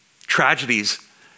tragedies